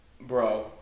bro